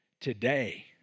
today